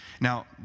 Now